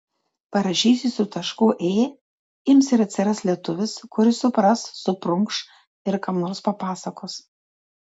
parašysi su tašku ė ims ir atsiras lietuvis kuris supras suprunkš ir kam nors papasakos